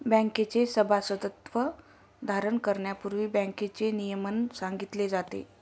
बँकेचे सभासदत्व धारण करण्यापूर्वी बँकेचे नियमन सांगितले जाते